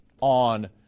on